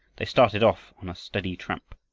they started off on a steady tramp,